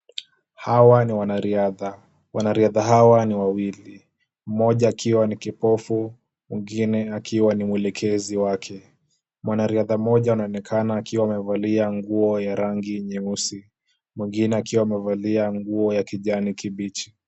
Hawa ni wanariadha. Wanariadha hawa ni wawili, mmoja akiwa ni kipofu, mwingine akiwa ni mwelekezi wake. Mwanariadha mmoja anaonekana akiwa amevalia nguo ya rangi nyeusi, mwingine akiwa amevalia nguo ya kijani kibichi.